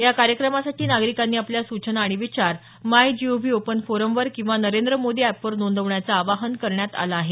या कार्यक्रमासाठी नागरिकांनी आपल्या सूचना आणि विचार माय जीओव्ही ओपन फोरमवर किंवा नरेंद्र मोदी अॅप वर नोंदवण्याचं आवाहन करण्यात आलं आहे